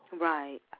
Right